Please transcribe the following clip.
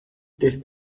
this